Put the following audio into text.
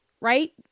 right